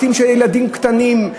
בתים של ילדים קטנים,